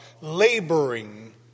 laboring